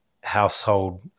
household